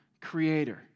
creator